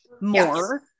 more